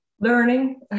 Learning